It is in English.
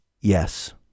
Yes